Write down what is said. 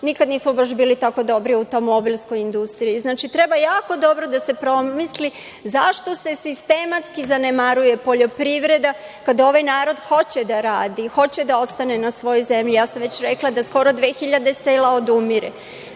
nikada nismo bili tako dobri u automobilskoj industriji. Znači, treba jako dobro da se promisli zašto se sistematski zanemaruje poljoprivreda kada ovaj narod hoće da radi, hoće da ostane na svojoj zemlji. Rekla sam već da skoro dve hiljada sela odumire.